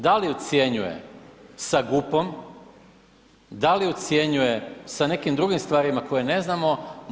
Da li ucjenjuje sa GUP-om, da li ucjenjuje sa nekim drugim stvarima koje ne znamo?